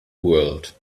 world